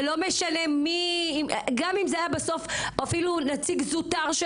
גם אם זה היה נציג זוטר,